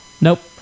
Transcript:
Nope